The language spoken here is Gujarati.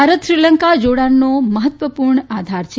ભારત શ્રીલંકા જોડાણનો મહત્વપુર્ણ આધાર છે